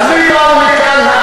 אז מי באו לכאן?